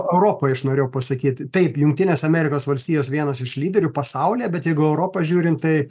europoj aš norėjau pasakyti taip jungtinės amerikos valstijos vienos iš lyderių pasaulyje bet jeigu europą žiūrint tai